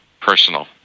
personal